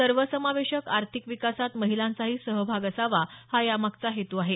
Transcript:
सर्वसमावेशक आर्थिक विकासात महिलांचाही सहभाग असावा हा यामगाचा हेतू आहे